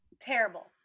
terrible